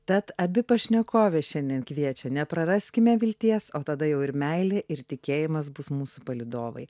tad abi pašnekovės šiandien kviečia nepraraskime vilties o tada jau ir meilė ir tikėjimas bus mūsų palydovai